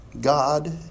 God